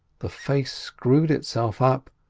the face screwed itself up,